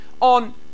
on